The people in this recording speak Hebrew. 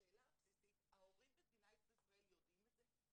השאלה הבסיסית ההורים במדינת ישראל יודעים את זה?